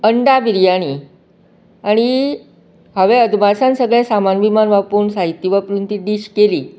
अंडा बिर्याणी आनी हांवें अदमासान सगळें सामान बिमान वापरून साहित्य वापरून ती डिश केली